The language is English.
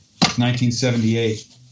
1978